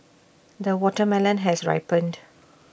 the watermelon has ripened